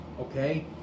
Okay